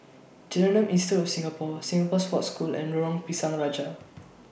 Genome Institute of Singapore Singapore Sports School and Lorong Pisang Raja